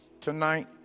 tonight